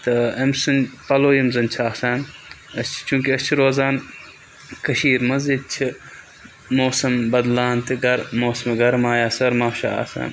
تہٕ أمۍ سٕنٛدۍ پَلو یِم زَن چھِ آسان أسۍ چھِ چوٗنٛکہِ أسۍ چھِ روزان کٔشیٖرِ منٛز ییٚتہِ چھِ موسَم بَدلان تہٕ گَر موسمہٕ گرما یا سرما چھُ آسان